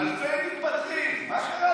אלפי מתפטרים, מה קרה לך?